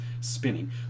spinning